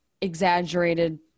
exaggerated